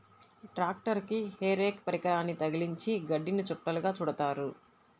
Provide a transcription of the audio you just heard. ట్రాక్టరుకి hay rake పరికరాన్ని తగిలించి గడ్డిని చుట్టలుగా చుడుతారు